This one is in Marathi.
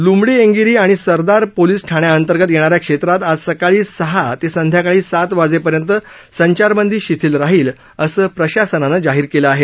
लुमडीएंगिरी आणि सरदार पोलिस ठाण्यांअंतर्गत येणा या क्षेत्रात आज सकाळी सहा ते संध्याकाळी सात वाजेपर्यंत संचारबंदी शिथिल राहिल असं प्रशासनानं जाहीर केली आहे